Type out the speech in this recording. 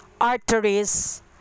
arteries